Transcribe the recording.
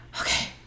okay